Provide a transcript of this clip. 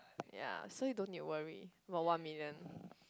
ya so you don't need to worry about one million